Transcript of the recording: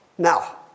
Now